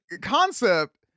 concept